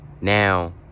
Now